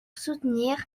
soutenir